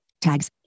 tags